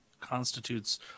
constitutes